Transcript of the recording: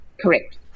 Correct